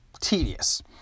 tedious